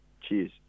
Cheers